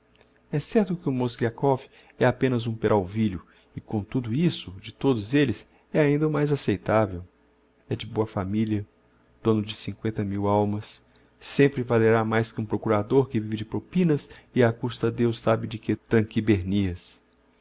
é certo que o mozgliakov é apenas um peralvilho e com tudo isso de todos elles é ainda o mais acceitavel é de boa familia dôno de cincoenta mil almas sempre valerá mais que um procurador que vive de propinas e á custa deus sabe de que